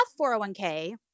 401k